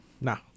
No